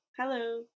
Hello